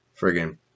friggin